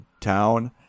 town